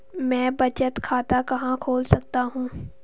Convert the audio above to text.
मैं बचत खाता कहां खोल सकता हूं?